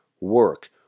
work